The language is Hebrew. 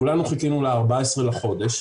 כולנו חיכינו ל-14 בחודש,